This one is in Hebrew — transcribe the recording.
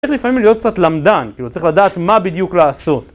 צריך לפעמים להיות קצת למדן, צריך לדעת מה בדיוק לעשות